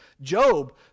Job